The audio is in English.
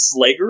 Slager